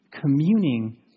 communing